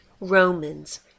Romans